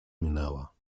minęła